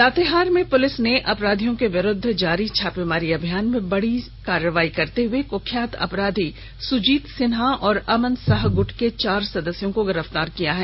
Latehar police ने अपराधियों के विरूद्व जारी छापेमारी अभियान में बड़ी कार्रवाई करते हुए क्ख्यात अपराधी सुजीत सिन्हा और अमन साह ग्रुट के चार ग्र्गों को गिरफ्तार किया है